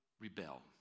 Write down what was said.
rebel